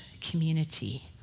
community